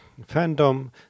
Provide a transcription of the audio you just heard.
fandom